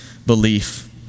Belief